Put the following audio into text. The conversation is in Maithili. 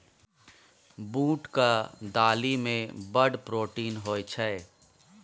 बूटक दालि मे बड़ प्रोटीन होए छै